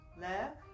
left